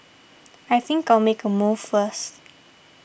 I think I'll make a move first